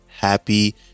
Happy